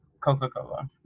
Coca-Cola